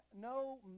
no